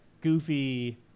goofy